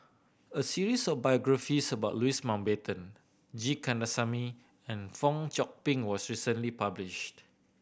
a series of biographies about Louis Mountbatten G Kandasamy and Fong Chong Pik was recently published